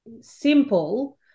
simple